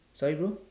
sorry bro